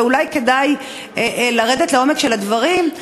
ואולי כדאי לרדת לעומק של הדברים,